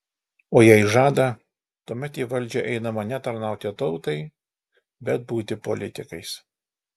o jei žada tuomet į valdžią einama ne tarnauti tautai bet būti politikais